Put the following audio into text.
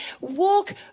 walk